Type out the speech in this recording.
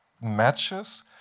matches